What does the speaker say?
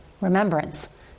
remembrance